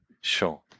sure